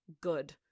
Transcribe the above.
good